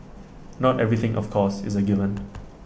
not everything of course is A given